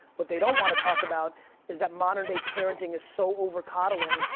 what they don't wanna talk about is that modern day parenting is so over-coddling,